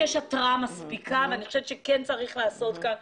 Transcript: ההרתעה לא מספקת, ולכן כן צריך לעשות ולפעול כאן.